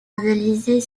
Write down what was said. analyser